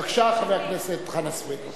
בבקשה, חבר הכנסת חנא סוייד.